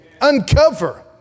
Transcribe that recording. Uncover